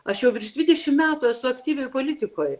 aš jau virš dvidešimt metų esu aktyvioj politikoj